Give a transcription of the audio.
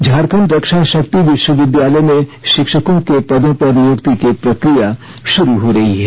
झारखंड रक्षा शक्ति विश्वविदालय में शिक्षकों के पदों पर नियुक्ति की प्रक्रिया शुरू हो रही है